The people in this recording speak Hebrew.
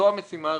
זו המשימה הראשונה.